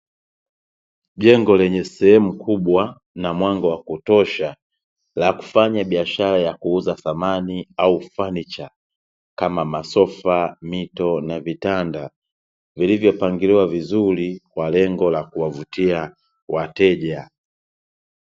Jengo lenye sehemu kubwa na mwanga wa kutosha la kufanya biashara ya kuuza samani au fanicha kama: masofa, mito, na vitand;, vilivyopangiliwa vizuri kwa lengo la kuwavutia wateja.